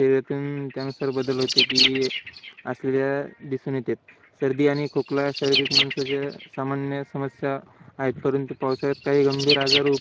शरीरातून त्यानुसार बदल होते की असल्या दिसून येते सर्दी आणि खोकला शारीरिक माणसाच्या सामान्य समस्या आहेत परंतु पावसाळ्यात काही गंभीर आजाररूप